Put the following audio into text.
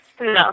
no